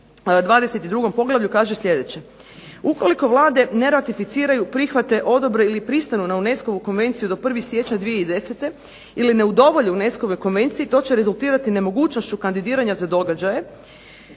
22. poglavlju kaže sljedeće. "Ukoliko vlade ne ratificiraju, prihvate, odobre ili pristanu na UNESCO-vu konvenciju do 1. siječnja 2010. ili ne udovolje UNESCO-voj konvenciji to će rezultirati nemogućnošću kandidiranja za događaje